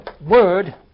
word